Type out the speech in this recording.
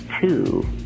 two